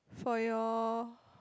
for your